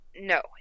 No